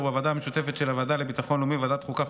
ובוועדה המשותפת של הוועדה לביטחון לאומי וועדת החוקה,